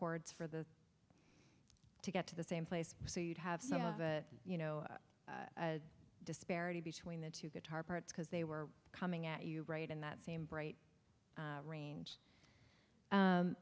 chords for the to get to the same place so you'd have some of it you know disparity between the two guitar parts because they were coming at you right in that same bright range